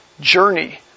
journey